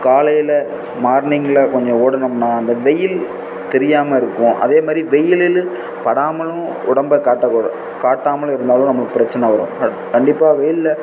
காலையில் மார்னிங்கில் கொஞ்சம் ஓடினம்னா அந்த வெயில் தெரியாமல் இருக்கும் அதே மாதிரி வெயிலில் படாமலும் உடம்பை காட்ட குடு காட்டாமலும் இருந்தாலும் நம்மளுக்கு பிரச்சின வரும் ஹ கண்டிப்பாக வெயிலில்